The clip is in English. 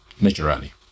naturally